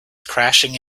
crashing